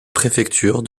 préfecture